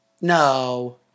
No